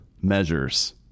measures